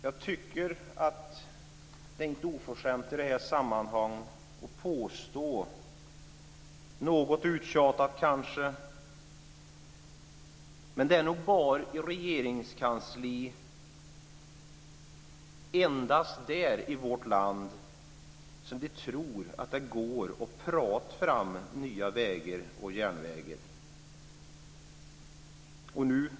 Jag tycker inte att det i detta sammanhang är oförskämt - något uttjatat kanske - att påstå att det i vårt land nog endast är i Regeringskansliet som man tror att det går att prata fram nya vägar och järnvägar.